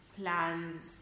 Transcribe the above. plans